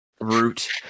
root